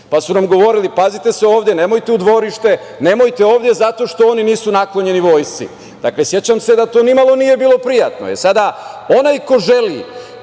Pa su nam govorili – pazite se ovde, nemojte u dvorište, nemojte ovde zato što oni nisu naklonjeni vojsci. Dakle, sećam se da to nimalo nije bilo prijatno.